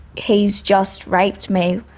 he's just raped me,